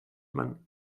man